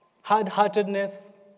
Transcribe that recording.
hard-heartedness